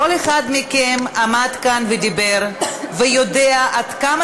כל אחד מכם עמד כאן ודיבר ויודע עד כמה